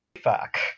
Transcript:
fuck